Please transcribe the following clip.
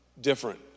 different